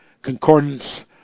Concordance